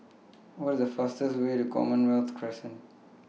What IS The fastest Way to Commonwealth Crescent